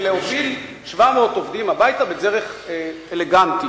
להוביל 700 עובדים הביתה בדרך אלגנטית.